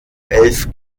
elf